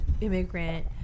immigrant